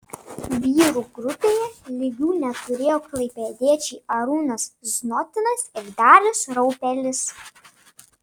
vyrų grupėje lygių neturėjo klaipėdiečiai arūnas znotinas ir darius raupelis